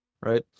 right